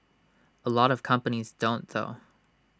A lot of companies don't though